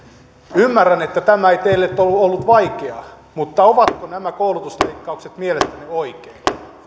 ymmärrän että tämä ei teille ole ollut vaikeaa mutta ovatko nämä koulutusleikkaukset mielestänne oikein